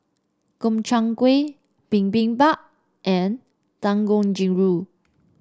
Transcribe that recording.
Gobchang Gui Bibimbap and Dangojiru